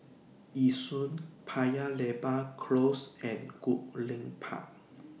Yishun Paya Lebar Close and Goodlink Park